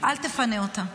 אל תפנה אותם.